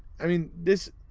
i mean this.